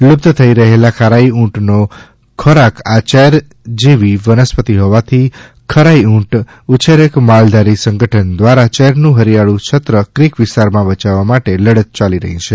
લુપ્ત થઈ રહેલા ખારાઈ ઊટ નો ખોરાક આ ચેર જેવી વનસ્પતિ હોવાથી ખરાઈ ઊટ ઉછેરક માલધારી સંગઠન દ્વારા ચેર નું હરિયાળું છત્ર ક્રીક વિસ્તાર માં બયાવવા માટે લડત યાલી રહી છે